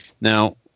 now